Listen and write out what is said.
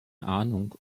ahnung